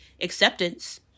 acceptance